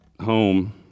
home